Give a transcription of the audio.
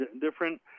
different